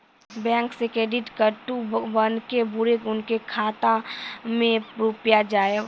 Bank से credit कद्दू बन के बुरे उनके खाता मे रुपिया जाएब?